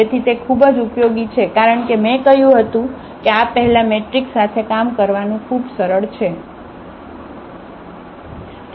તેથી તે ખૂબ જ ઉપયોગી છે કારણ કે મેં કહ્યું હતું કે આ પહેલાં મેટ્રિસીસ સાથે કામ કરવાનું ખૂબ સરળ છે